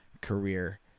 career